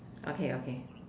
okay okay